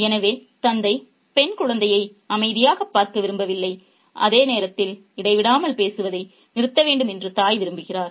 எனவே தந்தை பெண் குழந்தையை அமைதியாகப் பார்க்க விரும்பவில்லை அதே நேரத்தில் இடைவிடாமல் பேசுவதை நிறுத்த வேண்டும் என்று தாய் விரும்புகிறார்